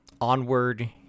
Onward